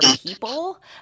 people –